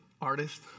artist